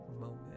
Moment